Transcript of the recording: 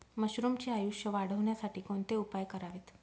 मशरुमचे आयुष्य वाढवण्यासाठी कोणते उपाय करावेत?